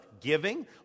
giving